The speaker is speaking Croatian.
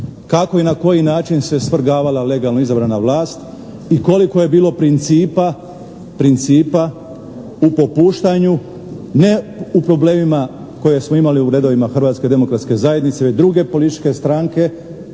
kako i na koji način se svrgavala legalno izabrana vlast i koliko je bilo principa u popuštanju. Ne u problemima koje smo imali u redovima Hrvatske demokratske zajednice već druge političke stranke.